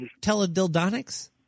teledildonics